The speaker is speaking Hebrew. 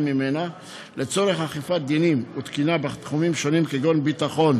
ממנה לצורך אכיפת דינים ותקינה בתחומים שונים כגון ביטחון,